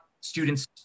students